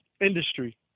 industry